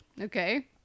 okay